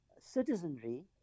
citizenry